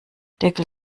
deckel